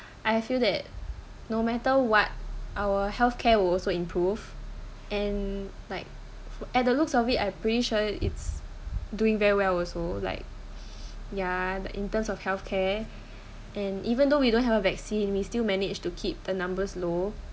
I feel that no matter what our healthcare will also improve and like at the looks of it I pretty sure it's doing very well also like ya in terms of healthcare and even though we don't have a vaccine we still managed to keep the numbers low